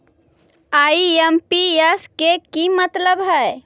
IMPS के कि मतलब है?